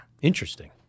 Interesting